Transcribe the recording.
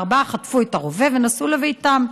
הארבעה חטפו את הרובה ונסעו לביתם.